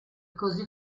così